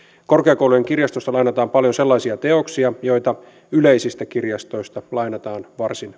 korkeakoulujen kirjastoista lainataan paljon sellaisia teoksia joita yleisistä kirjastoista lainataan varsin